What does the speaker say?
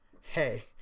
Hey